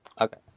Okay